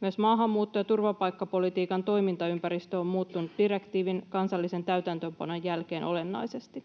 Myös maahanmuutto- ja turvapaikkapolitiikan toimintaympäristö on muuttunut direktiivin kansallisen täytäntöönpanon jälkeen olennaisesti.